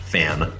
Fan